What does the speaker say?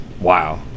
Wow